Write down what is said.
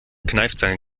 kneifzange